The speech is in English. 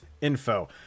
info